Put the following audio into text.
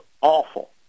awful